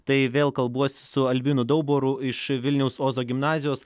tai vėl kalbuosi su albinu daubaru iš vilniaus ozo gimnazijos